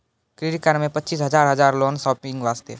Credit card मे पचीस हजार हजार लोन शॉपिंग वस्ते?